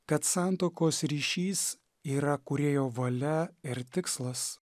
kad santuokos ryšys yra kūrėjo valia ir tikslas